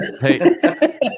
hey